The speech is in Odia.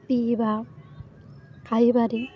ପିଇବା ଖାଇବାରେ